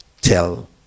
tell